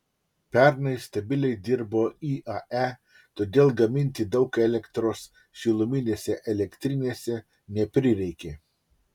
pernai stabiliai dirbo iae todėl gaminti daug elektros šiluminėse elektrinėse neprireikė